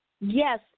Yes